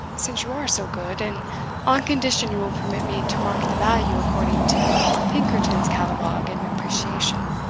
since you are so good, and on condition you will permit me to mark the value according to pinkerton's catalogue and appreciation,